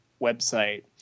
website